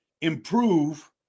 improve